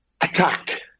attack